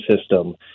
system